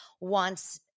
wants